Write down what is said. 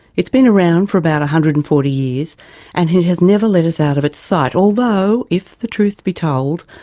it's been around for about one hundred and forty years and it has never let us out of its sight, although, if the truth be told,